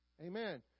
amen